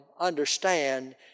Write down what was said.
understand